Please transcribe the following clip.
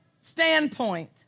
standpoint